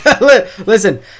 Listen